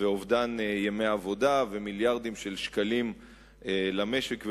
ואובדן ימי עבודה ומיליארדים של שקלים למשק ולמדינה,